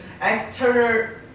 external